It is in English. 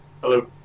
Hello